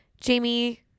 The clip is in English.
Jamie